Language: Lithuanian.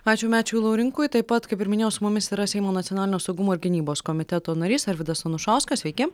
ačiū mečiui laurinkui taip pat kaip ir minėjau su mumis yra seimo nacionalinio saugumo ir gynybos komiteto narys arvydas anušauskas sveiki